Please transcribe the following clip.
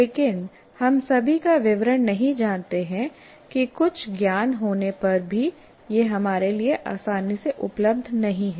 लेकिन हम सभी का विवरण नहीं जानते हैं कि कुछ ज्ञान होने पर भी यह हमारे लिए आसानी से उपलब्ध नहीं है